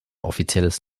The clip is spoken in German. offizielles